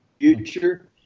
future